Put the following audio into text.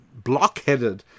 blockheaded